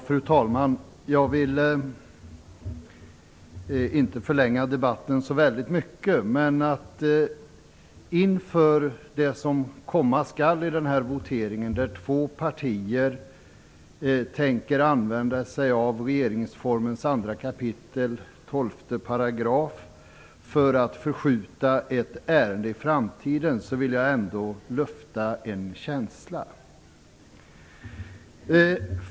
Fru talman! Jag vill inte förlänga debatten så värst mycket. Men inför det som komma skall i denna votering, där två partier tänker använda sig av 2 kap. 12 § regeringsformen för att förskjuta ett ärende i framtiden, vill jag ändå lufta en känsla.